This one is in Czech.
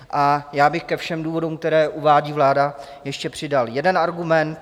A já bych ke všem důvodům, které uvádí vláda, ještě přidal jeden argument.